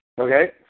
Okay